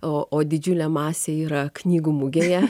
o o didžiulė masė yra knygų mugėje